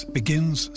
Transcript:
begins